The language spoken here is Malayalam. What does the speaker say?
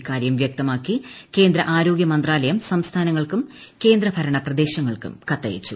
ഇക്കാര്യം വ്യക്തമാക്കി കേന്ദ്ര ആരോഗ്യ മന്താലയം സംസ്ഥാനങ്ങൾക്കും കേന്ദ്ര ഭരണ പ്രദേശൃങ്ങൾക്കും കത്തയച്ചു